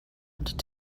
und